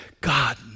God